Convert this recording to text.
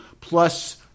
plus